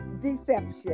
deception